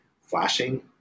Flashing